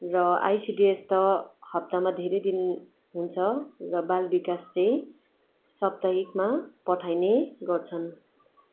र आइसिडिएस त हप्तामा धेरै दिन हुन्छ र बालविकास चाहिँ सप्ताहिकमा पठाइने गर्छन्